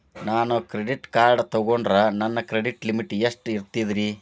ನಾನು credit card ತೊಗೊಂಡ್ರ ನನ್ನ ಕ್ರೆಡಿಟ್ ಲಿಮಿಟ್ ಎಷ್ಟ ಇರ್ತದ್ರಿ?